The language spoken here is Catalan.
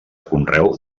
conreu